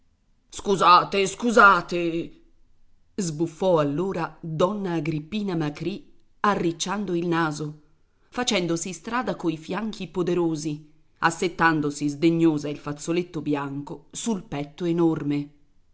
scusate scusate sbuffò allora donna agrippina macrì arricciando il naso facendosi strada coi fianchi poderosi assettandosi sdegnosa il fazzoletto bianco sul petto enorme